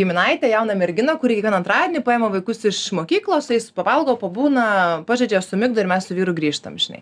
giminaitę jauną merginą kuri kiekvieną antradienį paima vaikus iš mokyklos pavalgo pabūna pažaidžia sumigdo ir mes su vyru grįžtam žinai